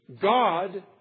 God